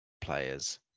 players